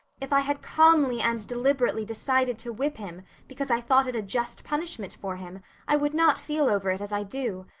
if i had calmly and deliberately decided to whip him because i thought it a just punishment for him i would not feel over it as i do.